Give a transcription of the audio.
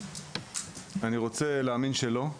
אני רוצה להאמין שלא.